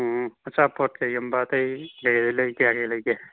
ꯎꯝ ꯑꯆꯥꯄꯣꯠ ꯀꯔꯤꯒꯨꯝꯕ ꯑꯇꯩ ꯂꯩꯒꯦ